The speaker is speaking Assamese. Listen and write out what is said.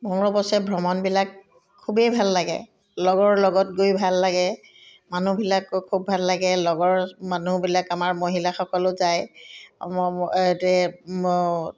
মোৰ অৱশ্যে ভ্ৰমণবিলাক খুবেই ভাল লাগে লগৰ লগত গৈয়ো ভাল লাগে মানুহবিলাকক খুব ভাল লাগে লগৰ মানুহবিলাক আমাৰ মহিলাসকলো যায়